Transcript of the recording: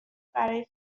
برای